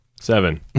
Seven